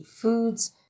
foods